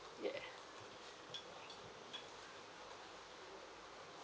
uh